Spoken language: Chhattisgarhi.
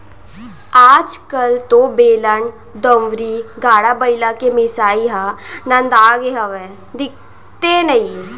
आज कल तो बेलन, दउंरी, गाड़ा बइला के मिसाई ह नंदागे हावय, दिखते नइये